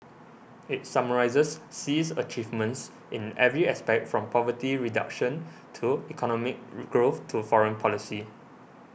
it summarises Xi's achievements in every aspect from poverty reduction to economic growth to foreign policy